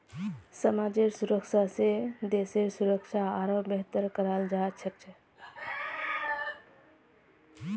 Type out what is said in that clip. समाजेर सुरक्षा स देशेर सुरक्षा आरोह बेहतर कराल जा छेक